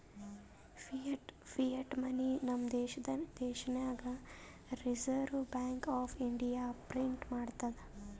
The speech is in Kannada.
ಫಿಯಟ್ ಮನಿ ನಮ್ ದೇಶನಾಗ್ ರಿಸರ್ವ್ ಬ್ಯಾಂಕ್ ಆಫ್ ಇಂಡಿಯಾನೆ ಪ್ರಿಂಟ್ ಮಾಡ್ತುದ್